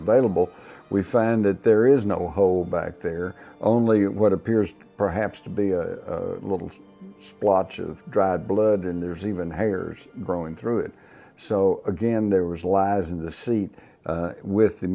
available we found that there is no hole back there only what appears perhaps to be a little splotches of dried blood and there's even hairs growing through it so again there was last in the seat with the